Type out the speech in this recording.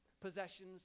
possessions